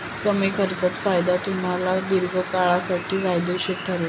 कमी खर्चात फायदा तुम्हाला दीर्घकाळासाठी फायदेशीर ठरेल